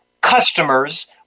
customers